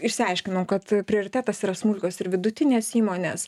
išsiaiškinom kad prioritetas yra smulkios ir vidutinės įmonės